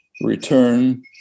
return